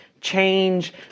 change